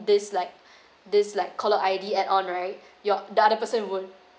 this like this like caller I_D add on right your the other person would